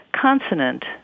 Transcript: consonant